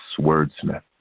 wordsmith